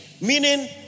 Meaning